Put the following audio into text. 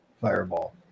fireball